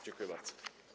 Dziękuję bardzo.